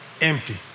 empty